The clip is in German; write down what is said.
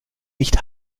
nicht